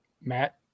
matt